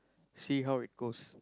see how it goes